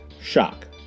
Shock